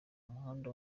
umuhanda